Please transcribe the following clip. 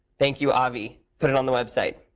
thank you, avi. put it on the website.